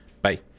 bye